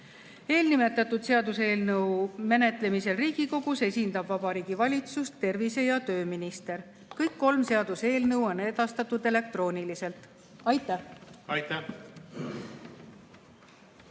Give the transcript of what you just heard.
Eelnimetatud seaduseelnõu menetlemisel Riigikogus esindab Vabariigi Valitsust tervise‑ ja tööminister. Kõik kolm seaduseelnõu on edastatud elektrooniliselt. Aitäh!